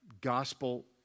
gospel